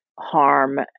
harm